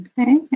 Okay